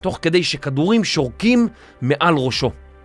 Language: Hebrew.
תוך כדי שכדורים שורקים מעל ראשו.